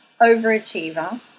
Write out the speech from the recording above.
overachiever